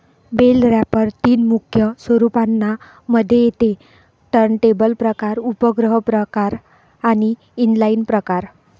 bell wrapper तीन मुख्य स्वरूपांना मध्ये येते टर्नटेबल प्रकार, उपग्रह प्रकार आणि इनलाईन प्रकार